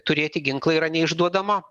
turėti ginklą yra neišduodama